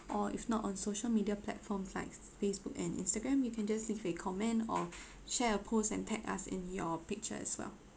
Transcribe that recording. or if not on social media platforms like facebook and instagram you can just leave a comment or share a post and tag us in your picture as well